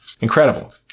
incredible